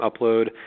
Upload